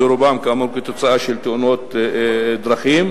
ורובם כאמור כתוצאה מתאונות דרכים.